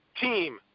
team